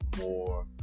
more